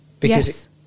Yes